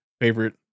favorite